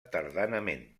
tardanament